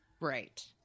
right